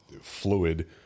fluid